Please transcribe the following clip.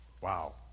wow